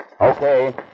Okay